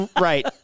Right